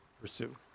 pursue